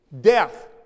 Death